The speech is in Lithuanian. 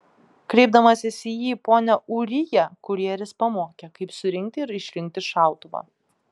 kreipdamasis į jį pone ūrija kurjeris pamokė kaip surinkti ir išrinkti šautuvą